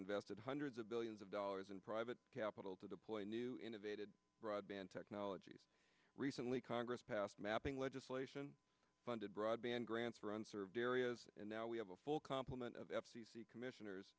invested hundreds of billions of dollars in private capital to deploy new innovative broadband technologies recently congress passed mapping legislation funded broadband grants for unserved areas and now we have a full complement of f c c commissioners